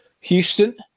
Houston